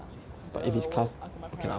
!duh! 我有 I got my priorities [what]